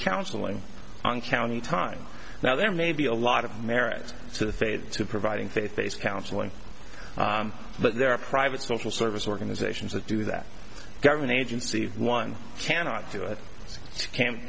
counseling on county time now there may be a lot of merit to the faith to providing faith based counseling but there are private social service organizations that do that government agency one cannot do it camp